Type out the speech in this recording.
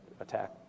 attack